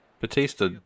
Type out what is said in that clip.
Batista